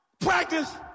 practice